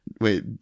Wait